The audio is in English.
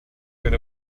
get